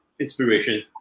inspiration